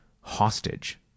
hostage